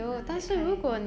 ah that kind